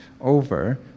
over